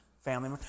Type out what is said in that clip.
family